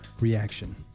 reaction